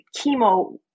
chemo